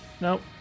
Nope